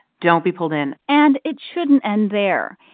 don't be pulled in and it shouldn't end there.